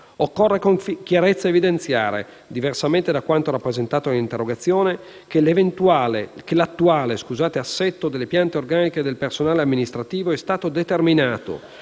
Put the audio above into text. Occorre con chiarezza evidenziare - diversamente da quanto rappresentato nell'interrogazione - che l'attuale assetto delle piante organiche del personale amministrativo è stato determinato,